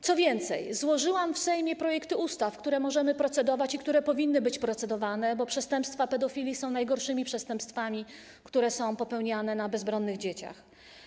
Co więcej, złożyłam w Sejmie projekty ustaw, nad którymi możemy procedować i które powinny być procedowane, bo przestępstwa pedofilii są najgorszymi przestępstwami, które są popełniane na bezbronnych dzieciach.